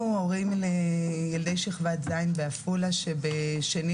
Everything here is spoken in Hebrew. אנחנו הורים לילדי שכבת ז' בעפולה שב-2